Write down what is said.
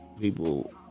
people